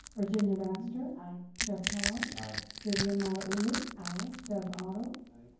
virginia baxter? aye. jeff kellogg? aye. vivian malauulu? aye. doug otto? aye.